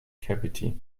cavity